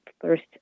first